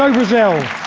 um brazil!